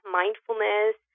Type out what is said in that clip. mindfulness